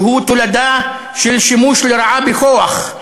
שהוא תולדה של שימוש לרעה בכוח,